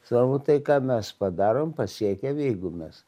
svarbu tai ką mes padarom pasiekiam jeigu mes